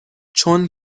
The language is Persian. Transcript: چون